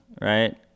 right